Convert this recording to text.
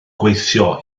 gweithio